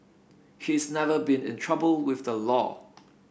she's never been in trouble with the law